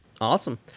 Awesome